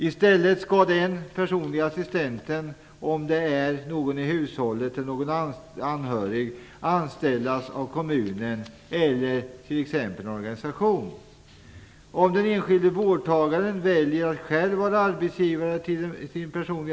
I stället skall den personliga assistenten - om det är någon i hushållet eller någon annan anhörig - anställas av kommunen eller t.ex. av en organisation.